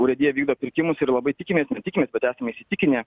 urėdija vykdo pirkimus ir labai tikimės tikimės bet esame įsitikinę